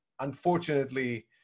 unfortunately